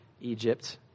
Egypt